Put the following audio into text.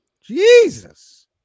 Jesus